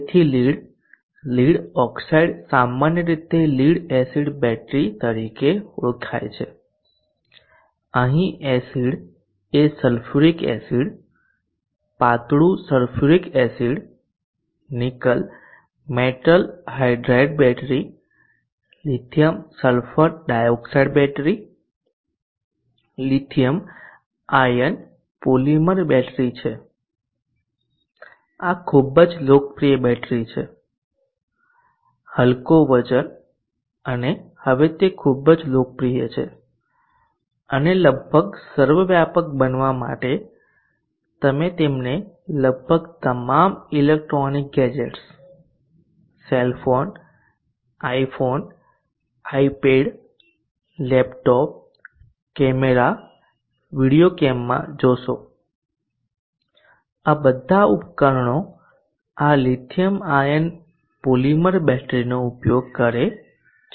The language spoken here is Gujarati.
તેથી લીડ લીડ ઓક્સાઇડ સામાન્ય રીતે લીડ એસિડ બેટરી તરીકે ઓળખાય છે અહીં એસિડ એ સલ્ફ્યુરિક એસિડ પાતળું sulphuric acid nickel metal hydride battery lithium sulphur dioxide battery lithium ion polymer battery છે આ ખૂબ જ લોકપ્રિય બેટરી છે હલકો વજન અને હવે તે ખૂબ જ લોકપ્રિય છે અને લગભગ સર્વવ્યાપક બનવા માટે તમે તેમને લગભગ તમામ electronic gadgets cell phone iPhone iPad laptop camera video cam માં જોશો આ બધા ઉપકરણો આ લિથિયમ આયન પોલિમર બેટરીનો ઉપયોગ કરે છે